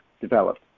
developed